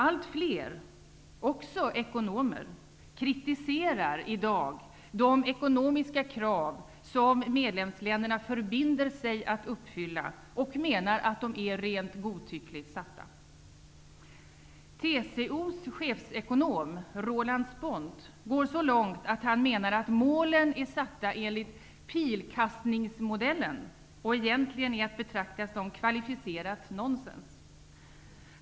Allt fler, också ekonomer, kritiserar i dag de ekonomiska krav som medlemsländerna förbinder sig att uppfylla och menar att de är godtyckligt satta. TCO:s chefsekonom Roland Spånt går så långt att han menar att målen är satta enligt pilkastningsmodellen och egentligen är att betrakta som kvalificerat nonsens.